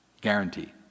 Guarantee